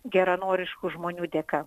geranoriškų žmonių dėka